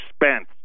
expense